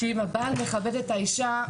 שאם הבעל מכבד את האישה,